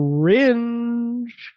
cringe